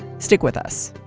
stick with us